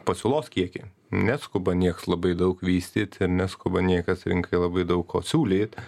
pasiūlos kiekį neskuba nieks labai daug vystyt ir neskuba niekas rinkai labai daug ko siūlyt